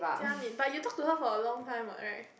Jia-Min but you talk to her for a long time what right